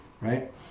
right